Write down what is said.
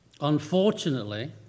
unfortunately